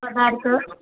पदार्थ